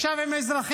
ישב עם אזרחים,